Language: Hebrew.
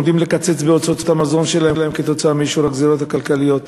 עומדים לקצץ בהוצאות המזון שלהם כתוצאה מאישור הגזירות הכלכליות.